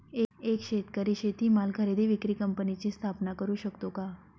एक शेतकरी शेतीमाल खरेदी विक्री कंपनीची स्थापना करु शकतो का?